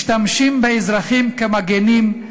משתמשים באזרחים כמגינים,